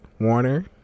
Warner